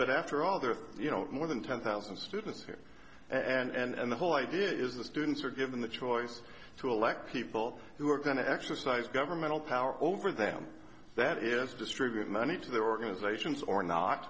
but after all the you know more than ten thousand students here and the whole idea is that students are given the choice to elect people who are going to exercise governmental power over them that is distribute money to their organizations or not